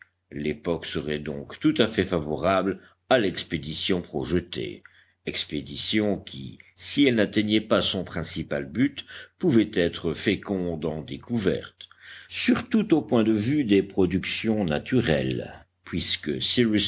l'époque serait donc tout à fait favorable à l'expédition projetée expédition qui si elle n'atteignait pas son principal but pouvait être féconde en découvertes surtout au point de vue des productions naturelles puisque cyrus